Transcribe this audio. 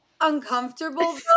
uncomfortable